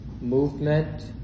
Movement